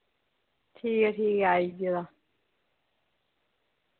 ठीक ऐ ठीक ऐ आइया